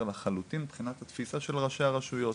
לחלוטין מבחינת התפיסה של ראשי הרשויות.